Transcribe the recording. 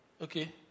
okay